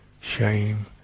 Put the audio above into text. shame